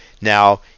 now